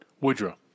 Woodrow